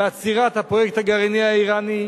בעצירת הפרויקט הגרעיני האירני,